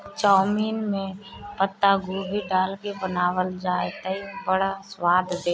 chowmein में पातगोभी डाल के बनावअ तअ बड़ा स्वाद देला